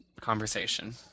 conversation